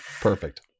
Perfect